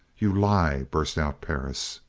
you lie! burst out perris.